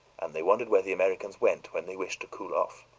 and they wondered where the americans went when they wished to cool off.